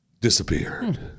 disappeared